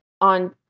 on